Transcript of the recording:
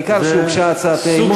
העיקר שהוגשה הצעת האי-אמון וקיבלה תשובה.